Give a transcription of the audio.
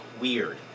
weird